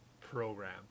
program